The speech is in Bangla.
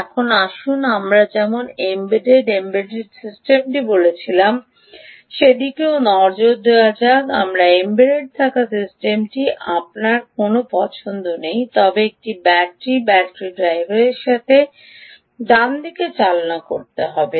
এখন আসুন আমরা যেমন এম্বেডেড এম্বেড সিস্টেমটি বলেছিলাম সেদিকেও নজর দেওয়া যাক আপনার এম্বেড থাকা সিস্টেমটি আপনার কোনও পছন্দ নেই তবে এটি ব্যাটারি ব্যাটারি ড্রাইভারের সাথে ডানদিকে চালনা করতে হবে